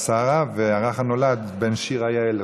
והרך הנולד, בן שירה יעל.